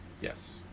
Yes